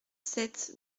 sept